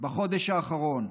בחודש האחרון,